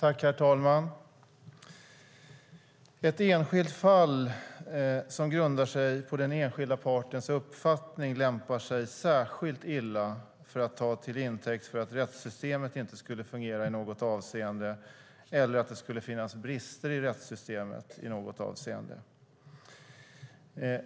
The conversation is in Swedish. Herr talman! Ett enskilt fall som grundar sig på den enskilda partens uppfattning lämpar sig särskilt illa för att ta till intäkt för att rättssystemet inte skulle fungera i något avseende eller att det skulle finnas brister i rättssystemet i något avseende.